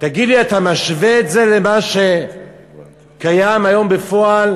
תגיד לי, אתה משווה את זה למה שקיים היום בפועל?